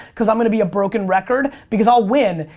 cause i'm gonna be a broken record because i'll win.